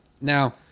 Now